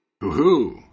Hoo-hoo